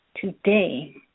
Today